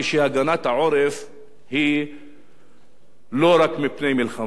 היא לא רק מפני מלחמה מדומה.